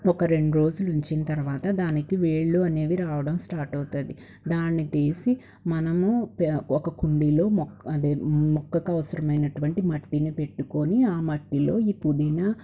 ఒక రెండు రోజులు ఉంచిన తర్వాత దానికి వేళ్ళు అనేవి రావడం స్టార్ట్ అవుతుంది దాన్ని తీసి మనము ప్యా ఒక కుండీలో మొక్క అదే మొక్కకు అవసరమైనటువంటి మట్టిని పెట్టుకొని ఆ మట్టిలో ఈ పుదీనా